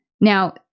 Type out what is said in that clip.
Now